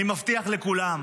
אני מבטיח לכולם,